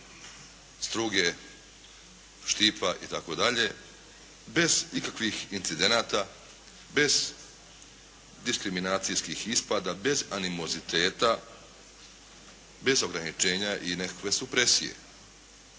Struge, Štipa itd. bez ikakvih incidenata, bez diskriminacijskih ispada, bez animoziteta, bez ograničenja i nekakve supresije.